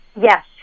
yes